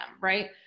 right